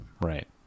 Right